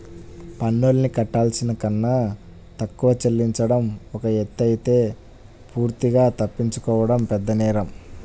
పన్నుల్ని కట్టాల్సిన కన్నా తక్కువ చెల్లించడం ఒక ఎత్తయితే పూర్తిగా తప్పించుకోవడం పెద్దనేరం